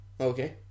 Okay